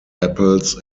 apples